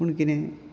पूण कितें